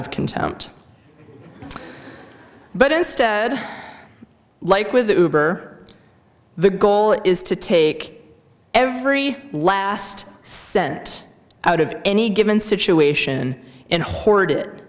of contempt but instead like with the goal is to take every last cent out of any given situation and hoard it